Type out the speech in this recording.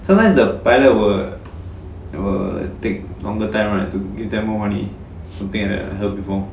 sometimes the pilot will will take longer time right to give them more money something like that I heard before